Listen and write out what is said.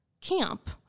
camp